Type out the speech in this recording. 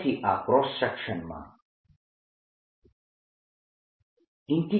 તેથી આ ક્રોસ સેક્શનમાં J